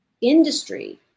industry